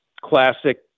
classic